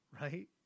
right